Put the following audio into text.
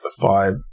five